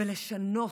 ולשנות,